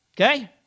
Okay